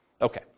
Okay